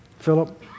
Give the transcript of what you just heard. Philip